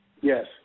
Yes